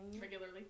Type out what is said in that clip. Regularly